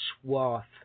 swath